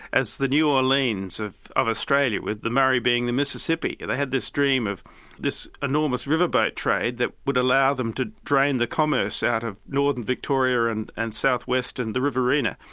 as the new orleans of of australia with the murray being the mississippi. and they had this dream of this enormous riverboat trade that would allow them to drain the commerce out of northern victoria and and south-western, the riverina.